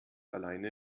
alleine